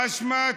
מה שמה?